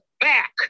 back